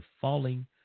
falling